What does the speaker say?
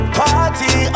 party